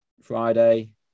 Friday